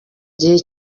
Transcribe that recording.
gihe